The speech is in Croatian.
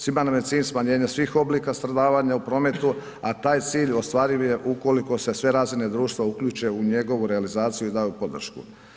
Svima nam je cilj smanjenje svih oblika stradavanja u prometu, a taj cilj ostvariv je ukoliko se sve razine društva uključe u njegovu realizaciju i daju podršku.